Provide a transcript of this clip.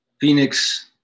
Phoenix